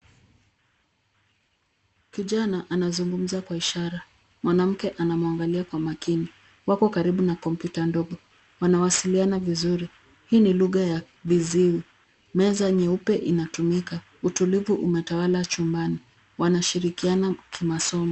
Kijana anazungumza kwa ishara. Mwanamke anamwangalia kwa makini. Wako karibu na kompyuta ndogo. Wanawasiliana vizuri. Hii ni lugha ya viziwi. Meza nyeupe inatumika. Utulivu umetawala chumbani. Wanashirikiana kimasomo.